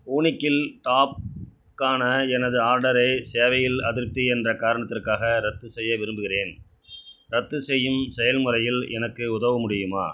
வூனிக்கில் டாப்க்கான எனது ஆர்டரை சேவையில் அதிருப்தி என்ற காரணத்திற்காக ரத்து செய்ய விரும்புகிறேன் ரத்துசெய்யும் செயல்முறையில் எனக்கு உதவ முடியுமா